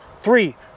three